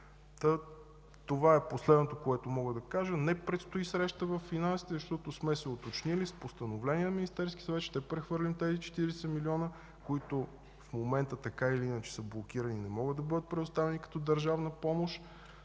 Това е последното, което мога да кажа. Не предстои среща във Финансите, защото сме се уточнили – с постановление на Министерския съвет ще прехвърлим тези 40 милиона, които в момента, така или иначе, са блокирани и не могат да бъдат представени като държавна помощ